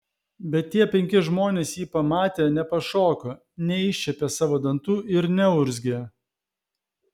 bet tie penki žmonės jį pamatę nepašoko neiššiepė savo dantų ir neurzgė